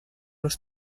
los